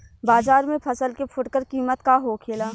बाजार में फसल के फुटकर कीमत का होखेला?